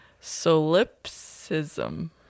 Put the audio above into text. Solipsism